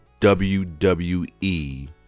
WWE